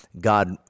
God